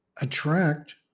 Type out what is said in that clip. attract